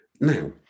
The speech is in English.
Now